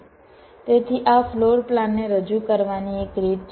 તેથી આ ફ્લોરપ્લાનને રજૂ કરવાની એક રીત છે